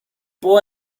può